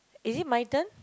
is it my turn